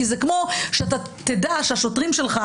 זה כמו שתדע שהשוטרים שלך